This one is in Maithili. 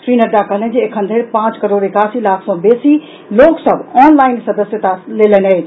श्री नड्डा कहलनि जे एखन धरि पांच करोड़ एकासी लाख सॅ बेसी लोक सभ ऑनलाइन सदस्यता लेलनि अछि